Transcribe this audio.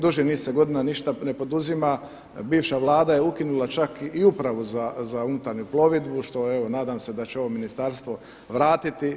Duži niz godina se ništa ne poduzima, bivša vlada je ukinula čak u Upravu za unutarnju plovidbu, što evo nadam se da će ovo ministarstvo vratiti.